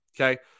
Okay